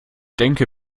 denke